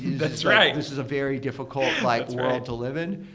that's right. this is a very difficult like world to live in.